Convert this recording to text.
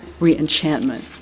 re-enchantment